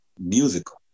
musical